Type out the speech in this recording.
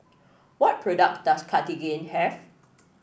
what products does Cartigain have